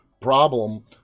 problem